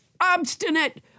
obstinate